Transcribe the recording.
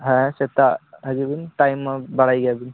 ᱦᱟᱸ ᱥᱮᱛᱟᱜ ᱦᱤᱡᱩᱜᱵᱤᱱ ᱴᱟᱭᱤᱢ ᱢᱟ ᱵᱟᱲᱟᱭ ᱜᱮᱭᱟ ᱵᱤᱱ